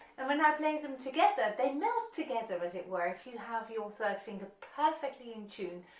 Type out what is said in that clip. and when i play them together they melt together as it were if you have your third finger perfectly in tune,